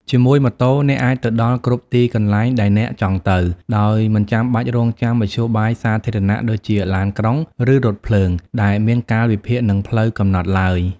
ជាមួយម៉ូតូ អ្នកអាចទៅដល់ គ្រប់ទីកន្លែងដែលអ្នកចង់ទៅ ដោយមិនចាំបាច់រង់ចាំមធ្យោបាយសាធារណៈដូចជាឡានក្រុង ឬរថភ្លើង ដែលមានកាលវិភាគ និងផ្លូវកំណត់ឡើយ។